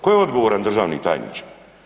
Ko je odgovoran, državni tajniče?